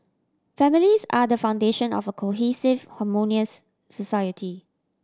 families are the foundation of a cohesive harmonious society